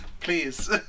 Please